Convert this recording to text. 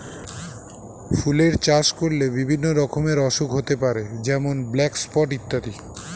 ফুলের চাষ করলে বিভিন্ন রকমের অসুখ হতে পারে যেমন ব্ল্যাক স্পট ইত্যাদি